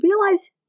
realize